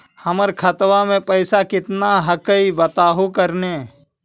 हमर खतवा में पैसा कितना हकाई बताहो करने?